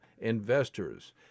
Investors